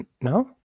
no